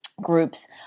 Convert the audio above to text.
groups